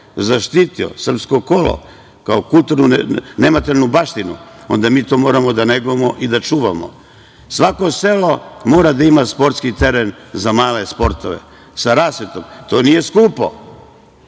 zaštitio srpsko kolo kao kulturno nematerijalnu baštinu, onda mi to moramo da negujemo i da čuvamo. Svako selo mora da ima sportski teren za male sportove sa rasvetom. To nije skupo.